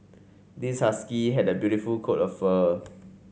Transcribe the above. this husky has a beautiful coat of fur